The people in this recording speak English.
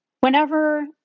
whenever—